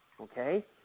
okay